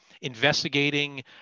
investigating